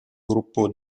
gruppo